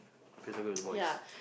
the boys